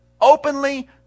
openly